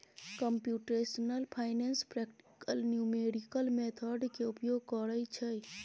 computational finance practical numerical method के उपयोग करइ छइ